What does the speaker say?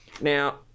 now